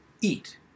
eat